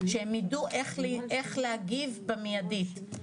שהם ידעו איך להגיב במיידית,